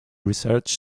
research